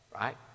right